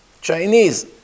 Chinese